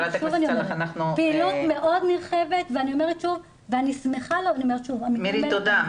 פעילות מאוד נרחבת, ואני שמחה --- מירי תודה.